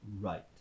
right